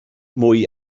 mwy